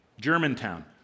Germantown